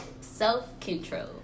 self-control